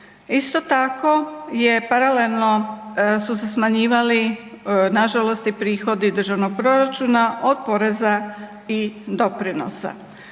Isto tako je paralelno su se smanjivali nažalost i prihodi državnog proračuna od poreza i doprinosa.